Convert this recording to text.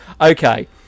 Okay